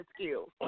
skills